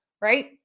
right